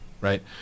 right